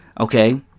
Okay